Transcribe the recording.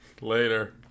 later